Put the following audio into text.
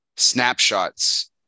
snapshots